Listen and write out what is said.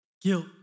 guilt